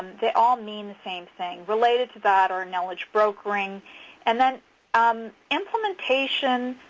they all mean the same thing. related to that are knowledge brokering and then um implementation,